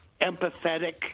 empathetic